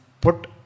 put